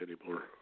anymore